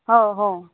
हो हो